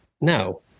No